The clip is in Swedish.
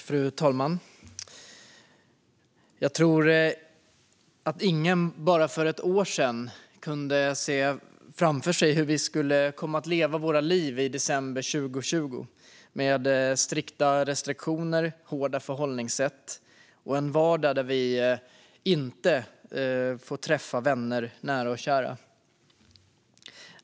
Fru talman! Jag tror inte att någon för bara ett år sedan kunde se framför sig hur vi skulle komma att leva våra liv i december 2020 med strikta restriktioner, hårda förhållningssätt och en vardag där vi inte får träffa vänner, nära och kära.